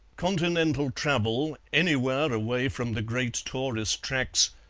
continental travel, anywhere away from the great tourist tracks,